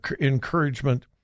encouragement